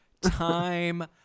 Time